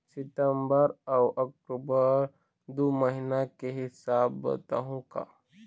सितंबर अऊ अक्टूबर दू महीना के हिसाब बताहुं का?